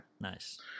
nice